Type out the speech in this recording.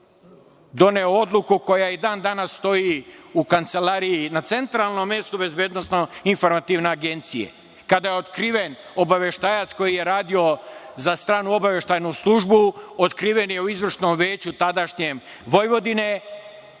doneo odluku koja i dan danas stoji u kancelariji na centralnom mestu BIA, kada je otkriven obaveštajac radio za stranu obaveštajnu službu, otkriven je u izvršnom veću tadašnjem Vojvodine,